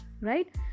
right